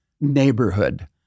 neighborhood